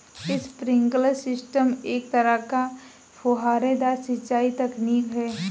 sprinkler system एक तरह का फुहारेदार सिंचाई तकनीक है